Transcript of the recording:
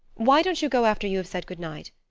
why don't you go after you have said good night?